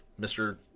Mr